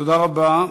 תודה רבה.